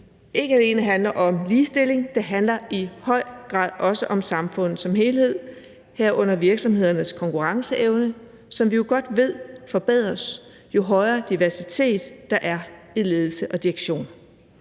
ikke alene handler om ligestilling, det handler i høj grad også om samfundet som helhed, herunder virksomhedernes konkurrenceevne, som vi jo godt ved forbedres, jo højere diversitet der er i ledelse og direktion.